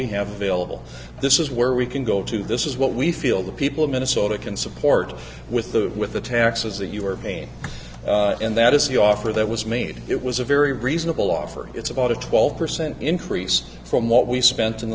we have available this is where we can go to this is what we feel the people of minnesota can support with the with the taxes that you are vain and that is the offer that was made it was a very reasonable offer it's about a twelve percent increase from what we spent in